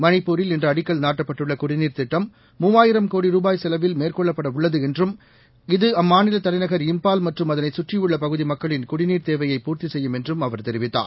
மணிப்பூரில் இன்று அடிக்கல் நாட்டப்பட்டுள்ள குடிநீர் திட்டம் மூன்றாயிரம் கோடி ரூபாய் செலவில் மேற்கொள்ளப்படவுள்ளது என்றும் இது அம்மாநிலத் தலைநகர் இம்பால் மற்றும் அதனைச் கற்றியுள்ள பகுதி மக்களின் குடிநீர் தேவையை பூர்த்தி செய்யும் என்றும் அவர் தெரிவித்தார்